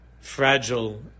fragile